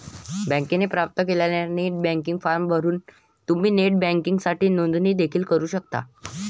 बँकेने प्राप्त केलेला नेट बँकिंग फॉर्म भरून तुम्ही नेट बँकिंगसाठी नोंदणी देखील करू शकता